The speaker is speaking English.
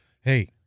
Hey